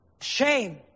Shame